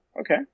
Okay